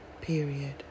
Period